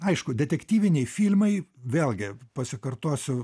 aišku detektyviniai filmai vėlgi pasikartosiu